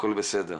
הכל בסדר.